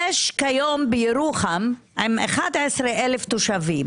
יש כיום בירוחם עם 11,000 תושבים